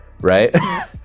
Right